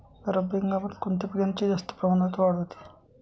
रब्बी हंगामात कोणत्या पिकांची जास्त प्रमाणात वाढ होते?